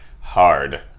Hard